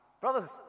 Brothers